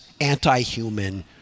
anti-human